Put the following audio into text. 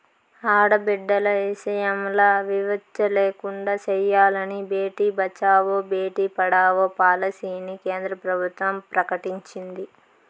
ఆడబిడ్డల ఇసయంల వివచ్చ లేకుండా సెయ్యాలని బేటి బచావో, బేటీ పడావో పాలసీని కేంద్ర ప్రభుత్వం ప్రకటించింది